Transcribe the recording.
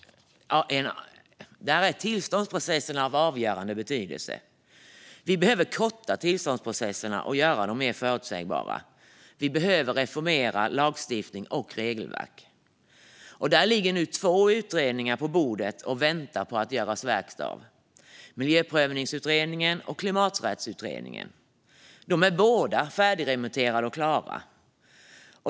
Där är tillståndsprocesserna av avgörande betydelse. Vi behöver korta tillståndsprocesserna och göra dem mer förutsägbara. Vi behöver reformera lagstiftning och regelverk. Det ligger nu två utredningar på bordet och väntar på att bli verkstad: miljöprövningsutredningen och klimaträttsutredningen. Båda är färdigremitterade och klara.